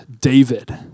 David